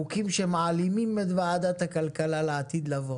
חוקים שמעלימים את ועדת הכלכלה לעתיד לבוא.